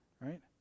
Right